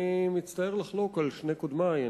אני מצטער לחלוק על שני קודמי.